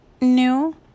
new